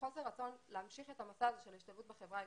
ובחוסר רצון להמשיך את המסע הזה של ההשתלבות בחברה הישראלית.